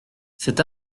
cet